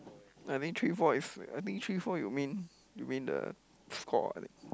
I think three four is I think three four you mean you mean the score ah is it